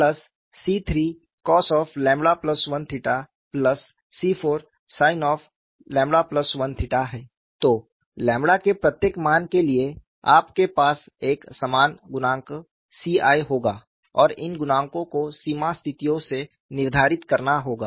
तो ƛ के प्रत्येक मान के लिए आपके पास एक समान गुणांक C i होगा और इन गुणांकों को सीमा स्थितियों से निर्धारित करना होगा